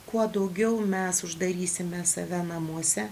kuo daugiau mes uždarysime save namuose